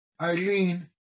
Eileen